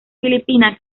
filipina